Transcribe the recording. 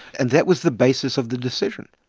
and that was the basis of the decision.